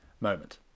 moment